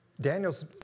Daniel's